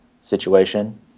situation